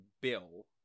Bill